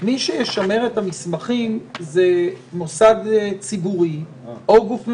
מי ששימר את המסמכים זה מוסד ציבורי או גוף ממשלתי.